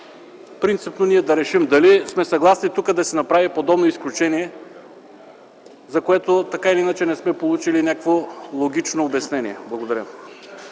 променен словоред, дали сме съгласни тук да се направи подобно изключение, за което така или иначе не сме получили някакво логично обяснение. Благодаря.